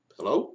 Hello